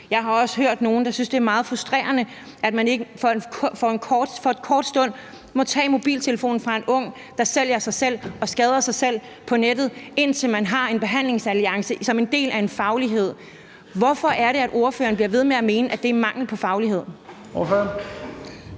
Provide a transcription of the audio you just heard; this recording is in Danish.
Jeg har også hørt, at nogle synes, det er meget frustrerende, at man ikke for en kort stund må tage mobiltelefonen fra en ung, der sælger sig selv og skader sig selv på nettet, nemlig indtil man har en behandlingsalliance som en del af en faglighed. Hvorfor er det, at ordføreren bliver ved med at mene, at det er mangel på faglighed?